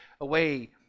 away